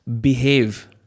behave